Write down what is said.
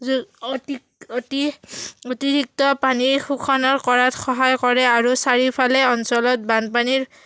য অতি অতি অতিৰিক্ত পানীৰ শোষণৰ কৰাত সহায় কৰে আৰু চাৰিওফালে অঞ্চলত বানপানীৰ